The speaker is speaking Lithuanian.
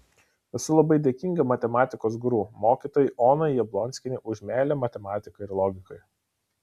esu labai dėkinga matematikos guru mokytojai onai jablonskienei už meilę matematikai ir logikai